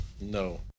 no